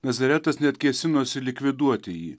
nazaretas net kėsinosi likviduoti jį